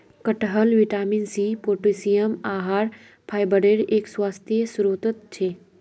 कटहल vitamin C, potassium, आहार फाइबरेर एक स्वस्थ स्रोत छे